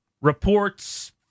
reports